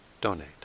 donate